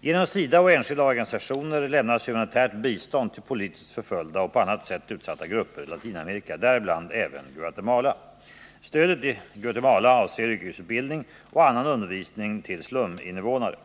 Genom SIDA och enskilda organisationer lämnas humanitärt bistånd till politiskt förföljda och på annat sätt utsatta grupper i Latinamerika, däribland även Guatemala. Stödet i Guatemala avser yrkesutbildning och annan undervisning till sluminnevånare.